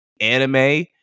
anime